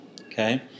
okay